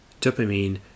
dopamine